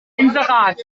inserat